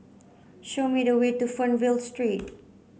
show me the way to Fernvale Street